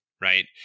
right